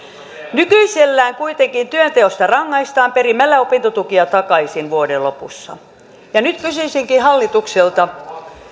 nykyisellään kuitenkin työnteosta rangaistaan perimällä opintotukia takaisin vuoden lopussa nyt kysyisinkin hallitukselta